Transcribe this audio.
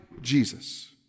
Jesus